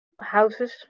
houses